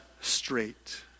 straight